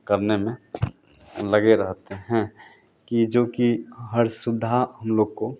करने में लगे रहते हैं कि जोकि हर सुविधा हम लोग को